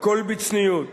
הכול בצניעות,